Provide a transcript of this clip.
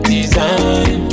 Design